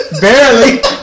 barely